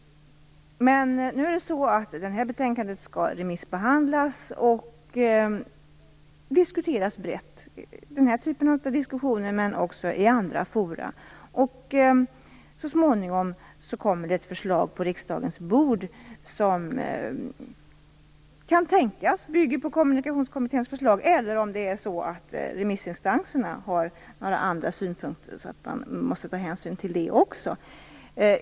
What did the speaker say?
Nu skall det här betänkandet remissbehandlas och diskuteras brett. Vi skall ha den här typen av diskussioner, men vi skall också ha diskussioner i andra forum. Så småningom kommer det ett förslag på riksdagens bord. Detta förslag kan tänkas vara byggt på Kommunikationskommitténs förslag, men det kan också tänkas att remissinstanserna har synpunkter som man måste ta hänsyn till.